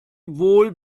wohl